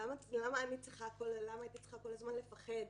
למה הייתי צריכה כל הזמן לפחד?